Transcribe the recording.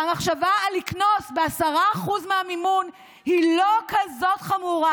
והמחשבה על לקנוס ב-10% מהמימון היא לא כזאת חמורה,